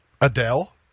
adele